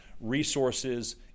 resources